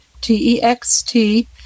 T-E-X-T